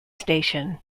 station